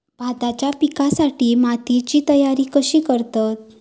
भाताच्या पिकासाठी मातीची तयारी कशी करतत?